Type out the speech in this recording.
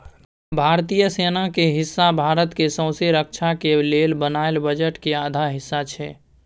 भारतीय सेना के हिस्सा भारत के सौँसे रक्षा के लेल बनायल बजट के आधा हिस्सा छै